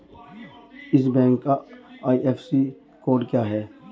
इस बैंक का IFSC code क्या है?